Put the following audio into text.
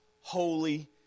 holy